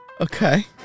Okay